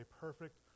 perfect